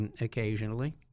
occasionally